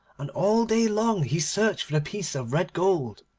and all day long he searched for the piece of red gold,